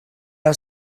are